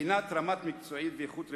מבחינת הרמה המקצועית והאיכות הרפואית.